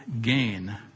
gain